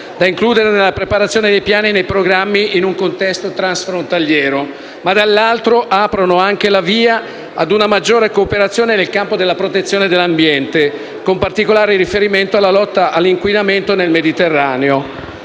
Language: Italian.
da includere nella preparazione dei piani e programmi in un contesto transfrontaliero, ma, dall'altro, aprono la via ad una maggiore cooperazione nel campo della protezione dell'ambiente, con particolare riferimento alla lotta all'inquinamento nel Mediterraneo,